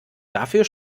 dafür